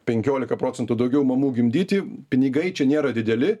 penkiolika procentų daugiau mamų gimdyti pinigai čia nėra dideli